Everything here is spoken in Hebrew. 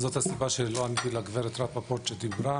זאת הסיבה שלא עניתי לגברת רפפורט שדיברה.